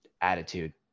attitude